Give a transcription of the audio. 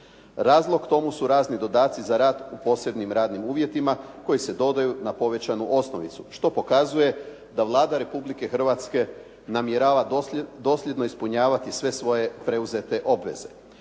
Razlog tomu su razni dodaci za rad u posebnim radnim uvjetima koji se dodaju na povećanu osnovicu što pokazuje da Vlada Republike Hrvatske namjerava dosljedno ispunjavati sve svoje preuzete obveze.